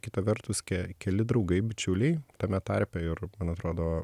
kita vertus ke keli draugai bičiuliai tame tarpe ir man atrodo